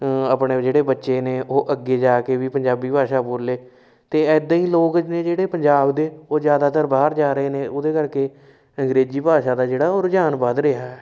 ਆਪਣੇ ਜਿਹੜੇ ਬੱਚੇ ਨੇ ਉਹ ਅੱਗੇ ਜਾ ਕੇ ਵੀ ਪੰਜਾਬੀ ਭਾਸ਼ਾ ਬੋਲੇ ਅਤੇ ਇੱਦਾਂ ਹੀ ਲੋਕ ਨੇ ਜਿਹੜੇ ਪੰਜਾਬ ਦੇ ਉਹ ਜ਼ਿਆਦਾਤਰ ਬਾਹਰ ਜਾ ਰਹੇ ਨੇ ਉਹਦੇ ਕਰਕੇ ਅੰਗਰੇਜ਼ੀ ਭਾਸ਼ਾ ਦਾ ਜਿਹੜਾ ਉਹ ਰੁਝਾਨ ਵੱਧ ਰਿਹਾ